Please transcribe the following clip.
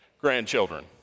Grandchildren